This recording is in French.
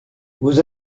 vous